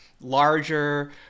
larger